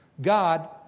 God